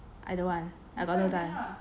I don't want I don't wanna die